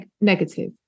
negative